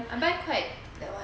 I buy black that [one]